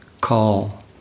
call